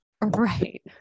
Right